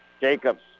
Jacobs